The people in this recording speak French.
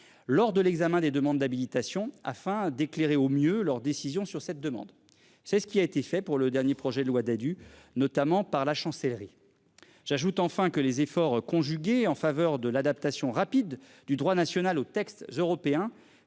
lors de l'examen des demandes d'habilitation afin d'éclairer au mieux leur décision sur cette demande. C'est ce qui a été fait pour le dernier projet de loi Dadu notamment par la chancellerie. J'ajoute enfin que les efforts conjugués en faveur de l'adaptation rapide du droit national au texte européen